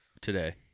Today